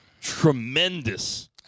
tremendous